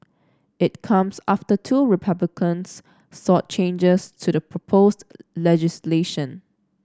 it comes after two Republicans sought changes to the proposed legislation